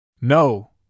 No